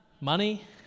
money